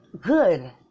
Good